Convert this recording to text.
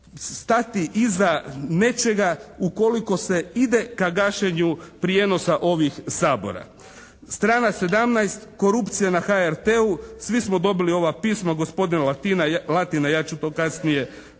stati iza nečega ukoliko se ide ka gašenju prijenosa ovih Sabora? Strana 17. korupcija na HRT-u, svi smo dobili ova pisma gospodina Latina. Ja ću to kasnije